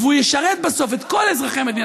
והוא ישרת בסוף את כל אזרחי מדינת ישראל.